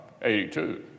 82